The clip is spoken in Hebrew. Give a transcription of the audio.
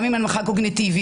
גם עם הנמכה קוגניטיבית,